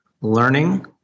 learning